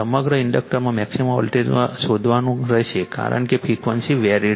સમગ્ર ઇન્ડક્ટરમાં maximum voltage શોધવાનું રહેશે કારણ કે ફ્રિક્વન્સી વેરીડ છે